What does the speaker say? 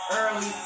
early